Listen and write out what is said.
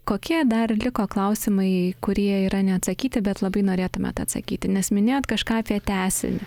kokie dar liko klausimai kurie yra neatsakyti bet labai norėtumėt atsakyti nes minėjot kažką apie tęsinį